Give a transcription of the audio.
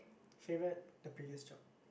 favourite the previous job